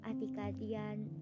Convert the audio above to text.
Atikadian